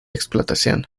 explotación